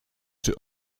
czy